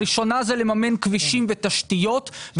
הראשונה לממן כבישים ותשתיות,